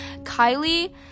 Kylie